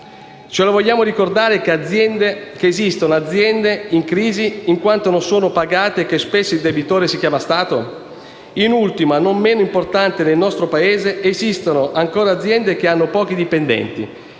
Ce lo vogliamo ricordare che esistono aziende in crisi in quanto non sono pagate e che spesso il debitore si chiama Stato? In ultimo, ma non meno importante, nel nostro Paese esistono ancora aziende che hanno pochi dipendenti,